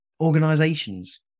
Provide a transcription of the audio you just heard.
organizations